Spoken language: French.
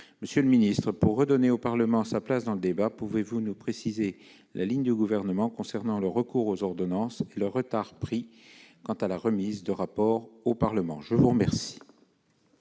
Monsieur le ministre, pour redonner au Parlement sa place dans le débat, pouvez-vous nous préciser la ligne du Gouvernement concernant le recours aux ordonnances et le retard pris quant à la remise des rapports demandés ? La parole